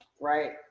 right